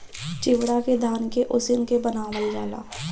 चिवड़ा के धान के उसिन के बनावल जाला